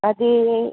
ಅದೆ